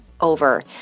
over